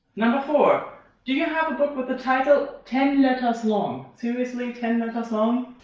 number four do you have a book with a title ten letters long? seriously ten letters long?